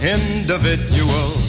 individual